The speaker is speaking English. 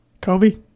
Kobe